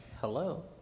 hello